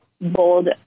bold